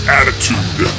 attitude